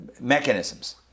mechanisms